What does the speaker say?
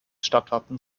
stadtwappen